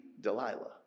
Delilah